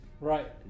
Right